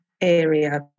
area